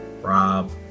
rob